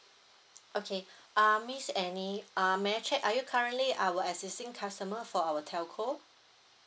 okay uh miss annie uh may I check are you currently our existing customer for our telco